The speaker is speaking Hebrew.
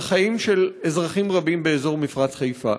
חיים של אזרחים רבים באזור מפרץ חיפה.